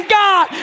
god